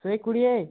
ଶହେ କୋଡ଼ିଏ